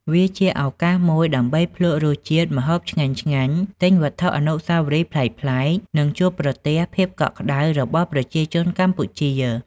វាជាឱកាសមួយដើម្បីភ្លក្សរសជាតិម្ហូបឆ្ងាញ់ៗ ទិញវត្ថុអនុស្សាវរីយ៍ប្លែកៗ និងជួបប្រទះភាពកក់ក្តៅរបស់ប្រជាជនកម្ពុជា។